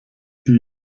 die